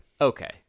Okay